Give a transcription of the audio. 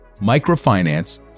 Microfinance